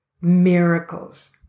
miracles